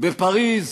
בפריז